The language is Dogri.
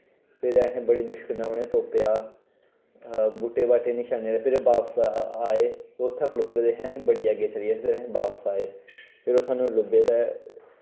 फिर असैं बड़ी मुश्कल नै उनें तोप्पेआ बूह्टें बाह्टें निशानियां फिर बापस आए उत्थैं खड़ोतर दे हे असैं बड़ी अग्गै चली गेदे हे फिर असैं बापस आए फिर ओह् साणु लुब्बे ते